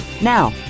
Now